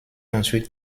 ensuite